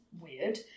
weird